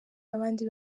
abandi